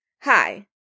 Hi